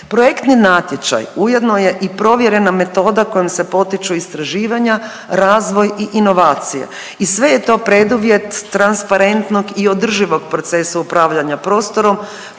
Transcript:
Projektni natječaj ujedno je i provjerena metoda kojom se potiču istraživanja, razvoj i inovacije i sve je to preduvjet transparentnog i održivog procesa upravljanja prostorom